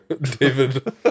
David